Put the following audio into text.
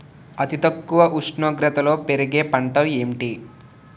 అతి తక్కువ ఉష్ణోగ్రతలో పెరిగే పంటలు ఏంటి?